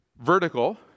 vertical